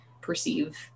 perceive